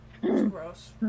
gross